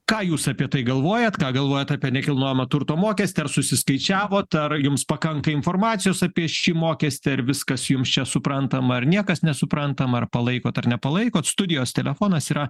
ką jūs apie tai galvojat ką galvojat apie nekilnojamo turto mokestį ar susiskaičiavot ar jums pakanka informacijos apie šį mokestį ar viskas jums čia suprantama ar niekas nesuprantama ar palaikot ar nepalaikot studijos telefonas yra